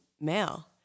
male